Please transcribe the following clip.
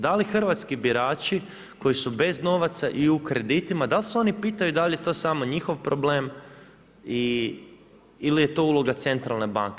Da li hrvatski birači koji su bez novaca i u kreditima da li se oni pitaju da li je to samo njihov problem ili je to uloga centralne banke.